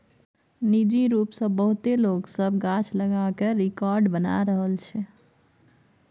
निजी रूप सँ बहुते लोक सब गाछ लगा कय रेकार्ड बना रहल छै